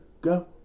Go